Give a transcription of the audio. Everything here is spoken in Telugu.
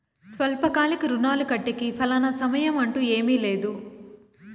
స్వల్పకాలిక రుణాలు కట్టేకి ఫలానా సమయం అంటూ ఏమీ లేదు